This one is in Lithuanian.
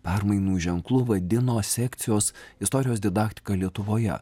permainų ženklu vadino sekcijos istorijos didaktika lietuvoje